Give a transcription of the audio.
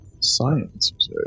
Science